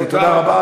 תודה רבה.